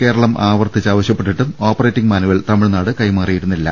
കേരളം ആവർത്തിച്ച് ആവശ്യപ്പെട്ടിട്ടും operating manual തമിഴ്നാട് കൈമാറിയിരുന്നില്ല